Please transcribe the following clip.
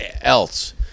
else